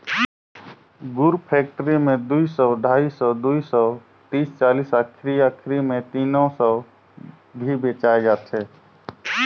गुर फेकटरी मे दुई सौ, ढाई सौ, दुई सौ तीस चालीस आखिरी आखिरी मे तीनो सौ भी बेचाय जाथे